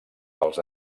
pels